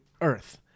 Earth